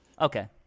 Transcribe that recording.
Okay